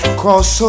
cross